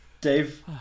Dave